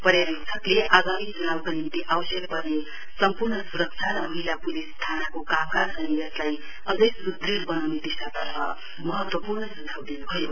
पर्यावेक्षकले आगामी च्नाउका निम्ति आवश्यक पर्ने सम्पूर्ण स्रक्षा र महिला पुलिस थानाको कामकाज अनि यसलाई अझै सुदृङ बनाउने दिशातर्फ महत्वपूर्ण सुझाउ दिनुभयो